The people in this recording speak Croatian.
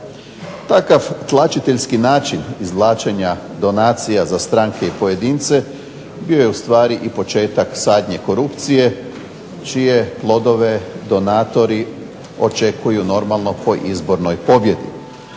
Takav tlačiteljski način izvlačenja donacija za stranke i pojedince bio je u stvari i početak sadnje korupcije čije plodove donatori očekuju normalno po izbornoj pobjedi.